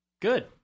Good